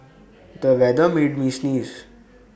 the weather made me sneeze